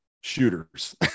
shooters